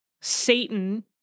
Satan